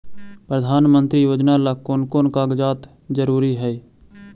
प्रधानमंत्री योजना ला कोन कोन कागजात जरूरी है?